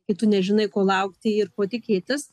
kai tu nežinai ko laukti ir ko tikėtis